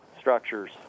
Structures